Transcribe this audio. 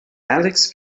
alex